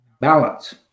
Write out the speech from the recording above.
Balance